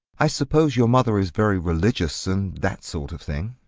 i suppose your mother is very religious, and that sort of thing.